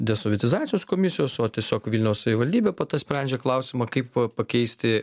desovietizacijos komisijos o tiesiog vilniaus savivaldybė po to sprendžia klausimą kaip pakeisti